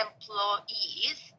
employees